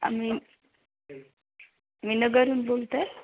आम्ही मी नगरहून बोलत आहे